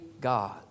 God